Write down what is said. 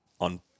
on